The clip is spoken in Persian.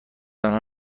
انها